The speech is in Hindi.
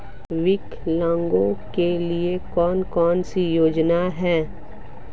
विकलांगों के लिए कौन कौनसी योजना है?